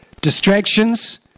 Distractions